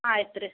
ಆಯ್ತು ರೀ